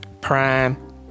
Prime